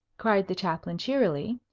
cried the chaplain, cheerily.